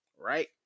right